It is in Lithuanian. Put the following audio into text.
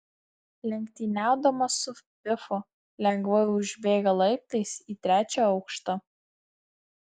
lenktyniaudamas su pifu lengvai užbėga laiptais į trečią aukštą